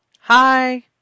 Hi